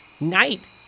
Night